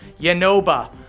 Yanoba